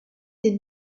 des